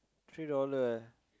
three dollar eh